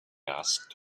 asked